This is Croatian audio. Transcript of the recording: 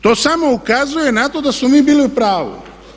To samo ukazuje na to da smo mi bili u pravu.